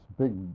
big